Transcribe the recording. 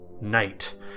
Night